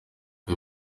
rwa